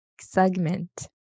segment